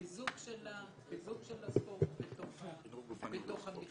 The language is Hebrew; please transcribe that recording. חיזוק של הספורט בתוך המכללה.